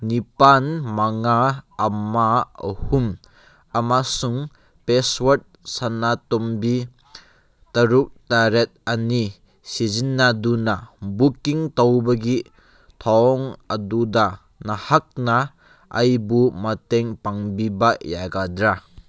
ꯅꯤꯄꯥꯟ ꯃꯉꯥ ꯑꯃ ꯑꯍꯨꯝ ꯑꯃꯁꯨꯡ ꯄꯥꯁꯋꯥꯔꯠ ꯁꯅꯥꯇꯣꯝꯕꯤ ꯇꯔꯨꯛ ꯇꯔꯦꯠ ꯑꯅꯤ ꯁꯤꯖꯤꯟꯅꯗꯨꯅ ꯕꯨꯛꯀꯤꯡ ꯇꯧꯕꯒꯤ ꯊꯧꯑꯣꯡ ꯑꯗꯨꯗ ꯅꯍꯥꯛꯅ ꯑꯩꯕꯨ ꯃꯇꯦꯡ ꯄꯥꯡꯕꯤꯕ ꯌꯥꯒꯗ꯭ꯔꯥ